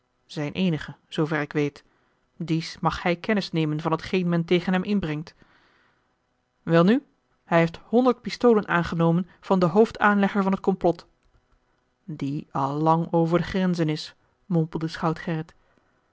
zijn eenige zoover ik weet dies mag hij kennis nemen van t geen men tegen hem inbrengt welnu hij heeft honderd pistolen aangenomen van den hoofdaanlegger van het complot die al lang over de grenzen is mompelde schout